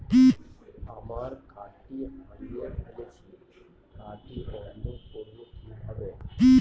আমার কার্ডটি হারিয়ে ফেলেছি কার্ডটি বন্ধ করব কিভাবে?